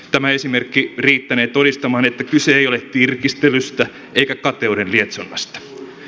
tämä esimerkki riittänee todistamaan että kyse ei ole tirkistelystä eikä kateuden lietsonnasta